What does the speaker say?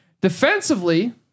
defensively